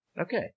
Okay